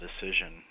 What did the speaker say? decision